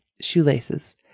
shoelaces